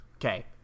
Okay